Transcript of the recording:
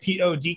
pod